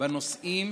בנושאים